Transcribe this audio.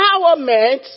empowerment